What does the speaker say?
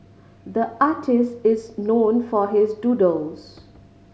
the artist is known for his doodles